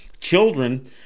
children